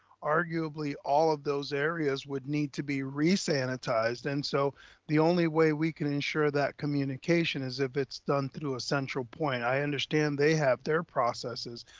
arguably all of those areas would need to be re-sanitized. and so the only way we can ensure that communication is if it's done through a central point, i understand they have their processes,